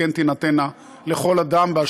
ואני הייתי מעדיף שהזכויות האלה כן תינתנה לכל אדם,